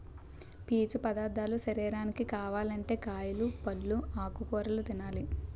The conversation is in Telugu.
పీసు పదార్ధాలు శరీరానికి కావాలంటే కాయలు, పల్లు, ఆకుకూరలు తినాలి